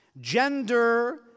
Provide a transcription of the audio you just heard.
gender